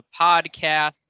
podcast